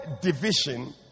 division